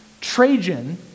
Trajan